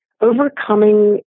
overcoming